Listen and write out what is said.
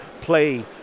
play